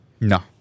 No